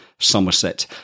Somerset